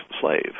slave